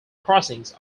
crossings